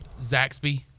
zaxby